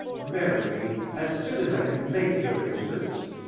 marry me as soon as i can make the arrangements,